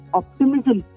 optimism